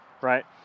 right